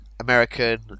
American